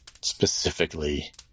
specifically